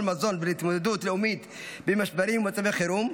מזון ולהתמודדות לאומית במשברים ומצבי חירום,